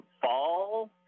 fall